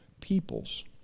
peoples